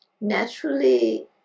naturally